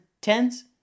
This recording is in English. tens